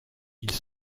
ils